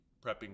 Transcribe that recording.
prepping